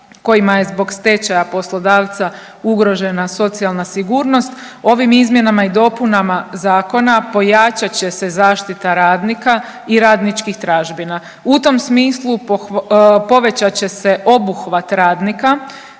kojima je zbog stečaja poslodavca ugrožena socijalna sigurnost ovim izmjenama i dopunama zakona pojačat će se zaštita radnika i radničkih tražbina. U tom smislu povećat će se obuhvat radnika